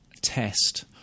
Test